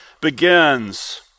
begins